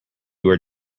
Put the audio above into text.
were